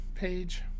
page